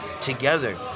together